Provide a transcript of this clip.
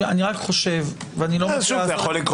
ל-2.